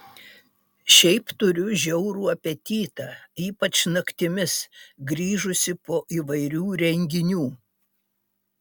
šiaip turiu žiaurų apetitą ypač naktimis grįžusi po įvairių renginių